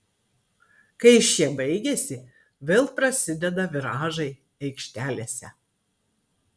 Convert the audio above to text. kai šie baigiasi vėl prasideda viražai aikštelėse